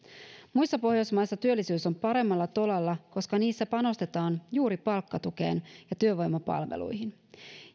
muissa pohjoismaissa työllisyys on paremmalla tolalla koska niissä panostetaan juuri palkkatukeen ja työvoimapalveluihin